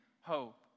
hope